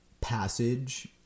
passage